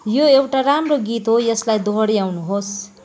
यो एउटा राम्रो गीत हो यसलाई दोहोऱ्याउनुहोस्